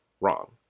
wrong